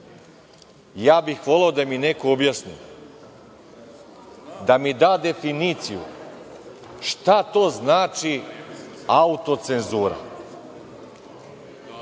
bih da mi neko objasni, da mi da definiciju šta to znači autocenzura.